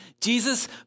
Jesus